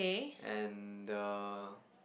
and the